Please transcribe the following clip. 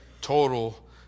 total